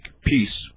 peace